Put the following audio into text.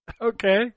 okay